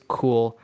cool